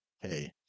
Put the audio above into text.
Hey